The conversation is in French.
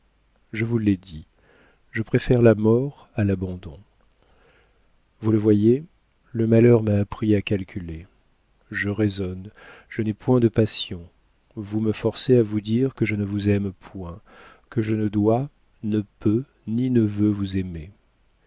je vous l'ai dit je préfère la mort à l'abandon vous le voyez le malheur m'a appris à calculer je raisonne je n'ai point de passion vous me forcez à vous dire que je ne vous aime point que je ne dois ne peux ni ne veux vous aimer